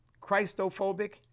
Christophobic